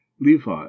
Levi